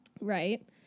Right